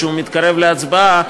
כשהוא מתקרב להצבעה,